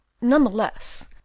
Nonetheless